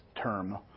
term